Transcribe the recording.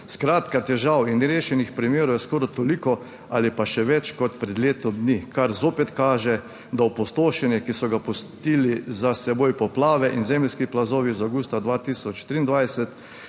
Skratka težav in nerešenih primerov je skoraj toliko ali pa še več kot pred letom dni, kar zopet kaže, da opustošenje, ki so ga pustili za seboj poplave in zemeljski plazovi iz avgusta 2023,